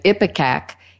Ipecac